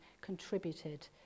contributed